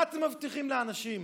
מה אתם מבטיחים לאנשים?